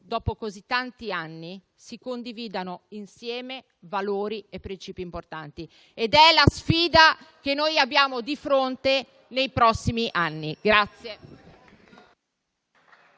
dopo così tanti anni, si condividano insieme valori e principi importanti ed è la sfida che abbiamo di fronte nei prossimi anni.